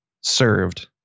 served